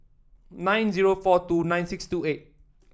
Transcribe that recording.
nine zero four two nine six two eight